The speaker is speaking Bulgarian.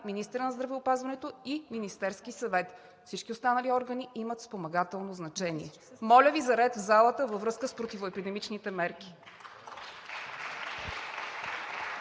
министъра на здравеопазването и на Министерския съвет. Всички останали органи имат спомагателно значение. Моля Ви за ред в залата във връзка с противоепидемичните мерки.